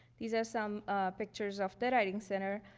these are some of pictures of the writing center.